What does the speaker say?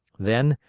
then,